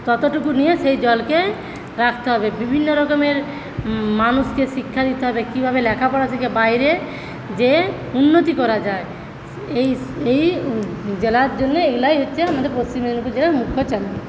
ততটুকু নিয়ে সেই জলকে রাখতে হবে বিভিন্ন রকমের মানুষকে শিক্ষা দিতে হবে কীভাবে লেখাপড়া শিখে বাইরে গিয়ে উন্নতি করা যায় এই এই জেলার জন্য এগুলোই হচ্ছে আমাদের পশ্চিম মেদিনীপুর জেলার মুখ্য চ্যালেঞ্জ